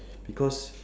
because